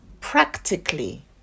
practically